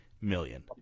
million